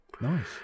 Nice